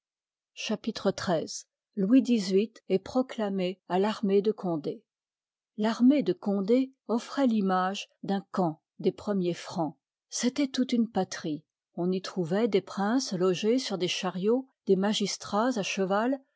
chapitre xlll louis xtiii est proclamé à varmée de conde l'année de condc offroit tiniage d'un camp des premiers francs c'ctoit toute une patrie on y trouvoit des princes logés sur des chariots des magistrats à cheval